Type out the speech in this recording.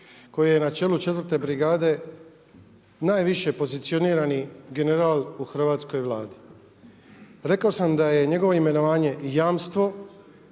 koji je na čelu 4. brigade najviše pozicionirani general u hrvatskoj Vladi. Rekao sam da je njegovo imenovanje jamstvo,